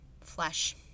flesh